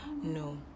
No